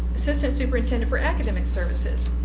assistant superintendent for academic services.